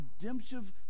redemptive